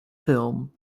film